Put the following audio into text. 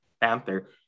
Panther